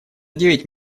девять